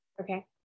Okay